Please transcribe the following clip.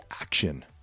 action